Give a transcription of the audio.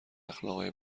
اخلاقای